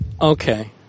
Okay